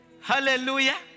Hallelujah